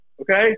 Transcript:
Okay